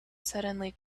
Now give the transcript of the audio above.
suddenly